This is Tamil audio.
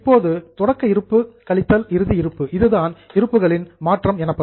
இப்போது தொடக்க இருப்பு கழித்தல் இறுதி இருப்பு இதுதான் இருப்புகளின் மாற்றம் எனப்படும்